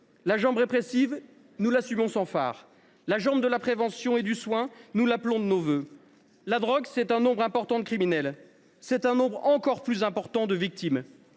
La jambe répressive, nous l’assumons sans fard ; celle de la prévention et du soin, nous l’appelons de nos vœux. La drogue concerne un nombre important de criminels et un nombre encore plus important de victimes.